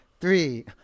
three